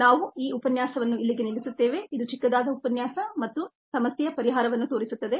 ನಾವು ಈ ಉಪನ್ಯಾಸವನ್ನು ಇಲ್ಲಿಗೆ ನಿಲ್ಲಿಸುತ್ತೇವೆ ಇದು ಚಿಕ್ಕದಾದ ಉಪನ್ಯಾಸ ಮತ್ತು ಸಮಸ್ಯೆಯ ಪರಿಹಾರವನ್ನು ತೋರಿಸುತ್ತದೆ